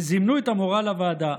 וזימנו את המורה לוועדה.